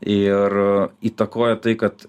ir įtakojo tai kad